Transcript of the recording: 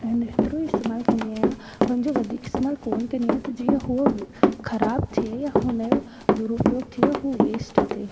हिन हेतिरो ई इस्तेमाल कंदी आहियां हुन जो वधीक इस्तेमाल कोन कंदी आहियां त जीअं उहो ख़राब थिए हुन जो दुर उपयोग थी वियो हूअ वेस्ट थो थिए